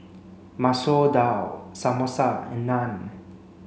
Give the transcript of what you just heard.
Masoor Dal Samosa and Naan